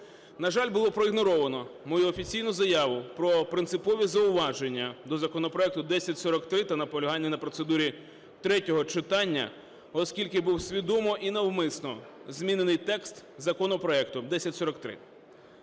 На жаль, було проігноровано мою офіційну заяву про принципові зауваження до законопроекту 1043 та наполягання на процедурі третього читання, оскільки був свідомо і навмисно змінений текст законопроекту 1043.